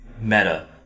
meta